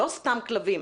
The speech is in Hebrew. לא סתם "כלבים",